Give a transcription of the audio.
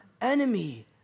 enemy